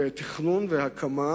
ותכנון והקמה,